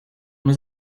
nous